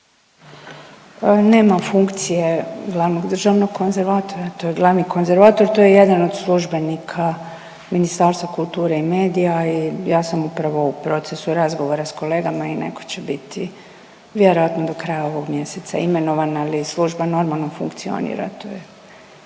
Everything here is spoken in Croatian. Nema funkcije glavnog državnog konzervatora, to je glavni konzervator. To je jedan od službenika Ministarstva kulture i medija i ja sam upravo u procesu razgovora sa kolegama i netko će biti vjerojatno do kraja ovog mjeseca imenovan, ali služba normalno funkcionira.